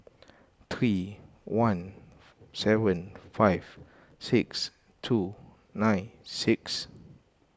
three one seven five six two nine six